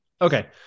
Okay